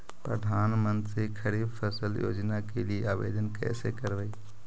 प्रधानमंत्री खारिफ फ़सल योजना के लिए आवेदन कैसे करबइ?